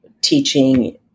teaching